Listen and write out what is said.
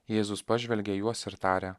jėzus pažvelgė į juos ir tarė